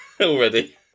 Already